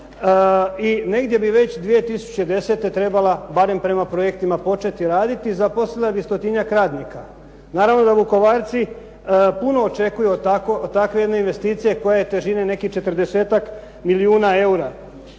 i negdje bi već 2010. trebala, barem prema projektima početi raditi, zaposlila bi stotinjak radnika. Naravno da Vukovarci puno očekuju od takve jedne investicije koja je težine nekih četrdesetak milijuna eura.